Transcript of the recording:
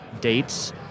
dates